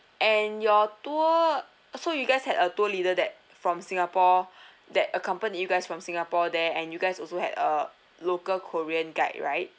and your tour uh so you guys had a tour leader that from singapore that accompany you guys from singapore there and you guys also had a local korean guide right